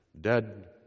Dead